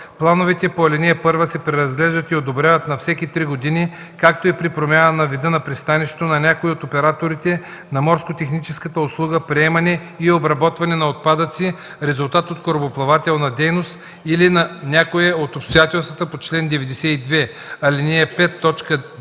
Плановете по ал. 1 се преразглеждат и одобряват на всеки три години, както и при промяна на вида на пристанището, на някой от операторите на морско-техническата услуга приемане и обработване на отпадъци – резултат от корабоплавателна дейност, или на някое от обстоятелствата по чл. 92, ал. 5,